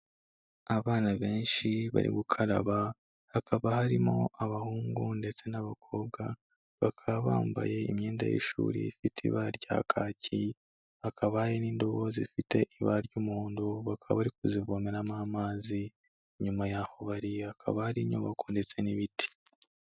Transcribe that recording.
Abana benshi bari gukaraba hakaba harimo abahungu ndetse n'abakobwa bakaba bambaye imyenda y'ishuri ifite ibara rya kacyi, hakaba hari n'indobo zifite ibara ry'umuhondo bakaba bari kuzivomeramo amazi, inyuma y'aho bari hakaba hari inyubako ndetse n'ibiti.